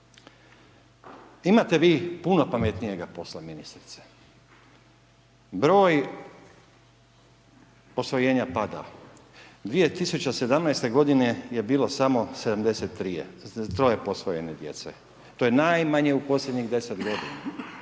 Imate vi puno pametnijega posla ministrice. Broj posvojenja pada, 2017.-te godine je bilo samo 73-je posvojene djece, to je najmanje u posljednjih 10 godina.